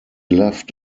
left